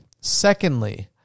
Secondly